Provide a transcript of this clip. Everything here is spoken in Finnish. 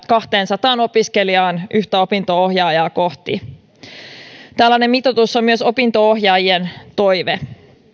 kahteensataan opiskelijaan yhtä opinto ohjaajaa kohti tällainen mitoitus on myös opinto ohjaajien toive